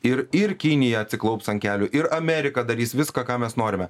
ir ir kinija atsiklaups ant kelių ir amerika darys viską ką mes norime